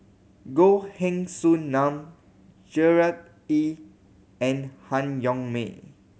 Goh Heng Soon Sam Gerard Ee and Han Yong May